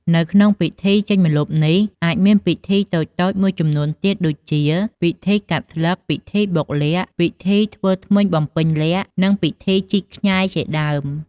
នៅក្នុងពិធីចេញម្លប់នេះអាចមានពិធីតូចៗមួយចំនួនទៀតដូចជា ពិធីកាត់ស្លឹក ពិធីបុកល័ក្ត ពិធីធ្វើធ្មេញបំពេញលក្ខណ៍ និងពិធីជីកខ្ញែជាដើម។